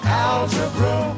algebra